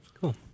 Cool